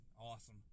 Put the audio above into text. Awesome